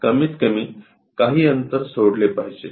कमीतकमी काही अंतर सोडले पाहिजे